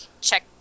check